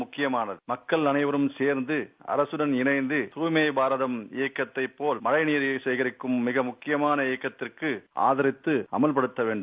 முக்கிபமானது மக்கள் அனைவரும் சேர்ந்து அரசுடன் இணைந்து தாய்மை பாரதம் இயக்கத்தைப் போல் மழைநீர் சேகரிப்புக்கும் மிக முக்கியமான இயக்கத்திற்கும் ஆதரித்து அமல்படுத்த வேண்டும்